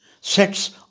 sets